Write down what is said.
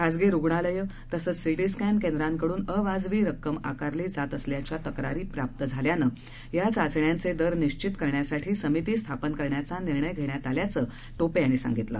खासगी रुग्णालयं तसंच सिटीस्क्त्व केंद्रांकडून अवाजवी रक्कम आकारली जात असल्याच्या तक्रारी प्राप्त झाल्यानं या चाचण्यांचे दर निश्वित करण्यासाठी समिती स्थापन करण्याचा निर्णय घेण्यात आल्याचं टोपे यांनी सांगितलं